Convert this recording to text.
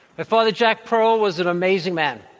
my father jack pearl was an amazing man.